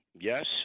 Yes